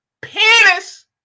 penis